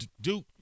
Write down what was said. Duke